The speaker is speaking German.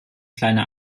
kleine